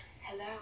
Hello